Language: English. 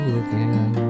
again